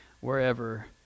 wherever